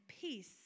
peace